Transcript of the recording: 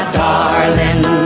darling